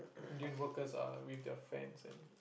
Indian workers are with their fans and